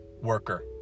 worker